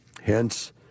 Hence